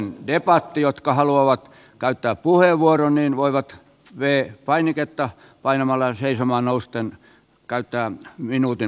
ne jotka haluavat käyttää puheenvuoron voivat v painiketta painamalla ja seisomaan nousten käyttää minuutin puheenvuoron